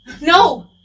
No